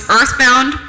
Earthbound